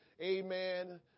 Amen